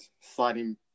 sliding